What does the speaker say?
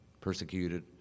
persecuted